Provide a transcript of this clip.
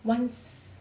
once